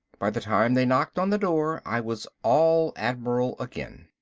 by the time they knocked on the door i was all admiral again.